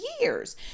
years